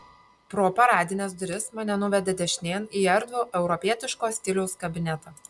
pro paradines duris mane nuvedė dešinėn į erdvų europietiško stiliaus kabinetą